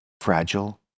fragile